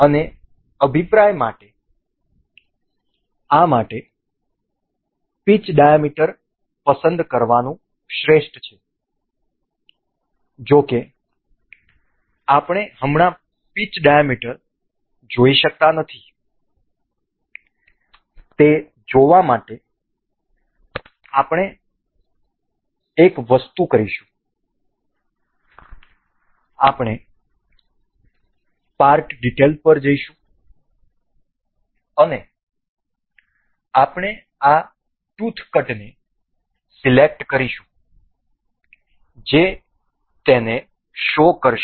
અને અભિપ્રાય માટે આ માટે પિચ ડાયામીટર પસંદ કરવાનું શ્રેષ્ઠ છે જો કે આપણે હમણાં પીચ ડાયામીટર જોઈ શકતા નથી તે જોવા માટે આપણે એક વસ્તુ કરીશું આપણે પાર્ટ ડીટેલ પર જઈશું અને આપણે આ ટુથ કટને સિલેક્ટ કરીશું જે તેને શો કરશે